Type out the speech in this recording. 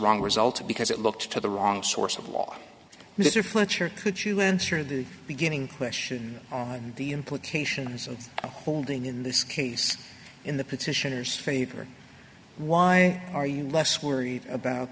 wrong result because it looked to the wrong source of law mr fletcher could you answer the beginning question the implications of holding in this case in the petitioners favor why are you less worried about